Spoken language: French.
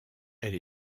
elle